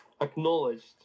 acknowledged